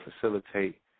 facilitate